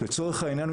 לצורך העניין,